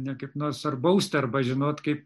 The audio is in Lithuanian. na kaip nors ar bausti arba žinot kaip